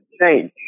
change